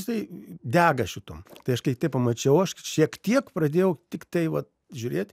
jisai dega šituom tai aš kai pamačiau aš šiek tiek pradėjau tiktai vat žiūrėt